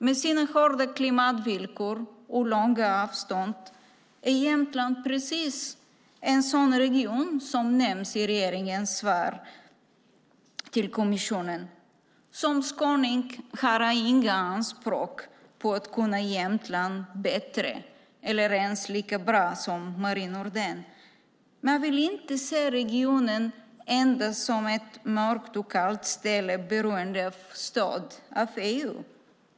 Med sina hårda klimatvillkor och långa avstånd är Jämtland precis en sådan region som nämns i regeringens svar till kommissionen. Som skåning har jag inga anspråk på att kunna Jämtland bättre eller ens lika bra som Marie Nordén, men jag vill inte se regionen endast som ett mörkt och kallt ställe beroende av stöd från EU.